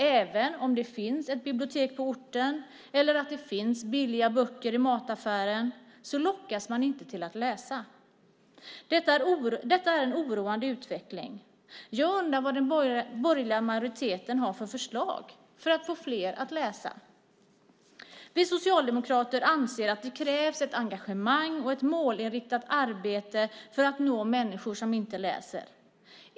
Även om det finns ett bibliotek på orten eller billiga böcker i mataffären lockas man inte till att läsa. Det är en oroande utveckling. Jag undrar vad den borgerliga majoriteten har för förslag för att få fler att läsa. Vi socialdemokrater anser att det krävs ett engagemang och ett målinriktat arbete för att nå människor som inte läser.